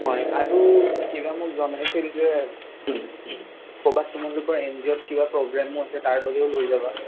হয় আৰু কিবা মোক জনাইছিল যে ক'ৰবাত তোমালোকৰ এন জি অ'ত কিবা প্ৰব্লেমো আছে তাৰ বাবেও লৈ যাবা